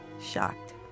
shocked